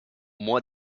mois